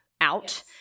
out